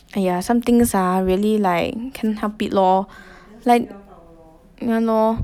!aiya! some things ah like really cannot help it lor like yeah lor